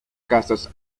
casas